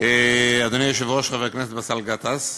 אדוני היושב-ראש, חבר הכנסת באסל גטאס,